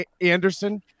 Anderson